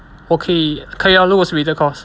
我可以可以啊如果是别的 course